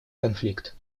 конфликт